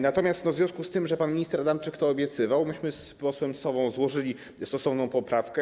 Natomiast w związku z tym, że pan minister Adamczyk to obiecywał, z posłem Sową złożyliśmy stosowną poprawkę.